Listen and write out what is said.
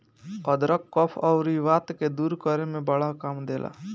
अदरक कफ़ अउरी वात के दूर करे में बड़ा काम देला